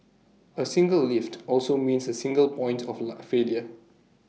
A single lift also means A single point of la failure